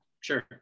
Sure